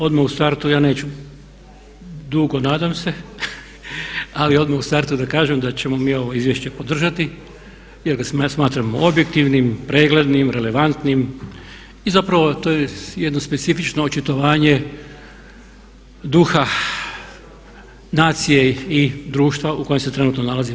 Odmah u startu ja neću dugo nadam se, ali odmah u startu da kažem da ćemo mi ovo izvješće podržati jer ga smatramo objektivnim, preglednim, relevantnim i zapravo to je jedno specifično očitovanje duha, nacije i društva u kojem se trenutno nalazimo.